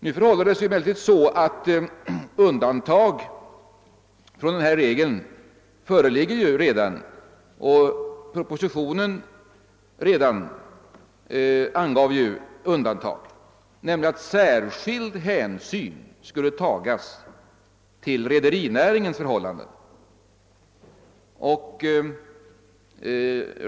Nu förhåller det sig emellertid så att undantag från denna regel förekommer. Redan i propositionen angavs undantag, nämligen att särskild hänsyn skulle tagas till rederinäringens förhållande.